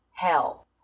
help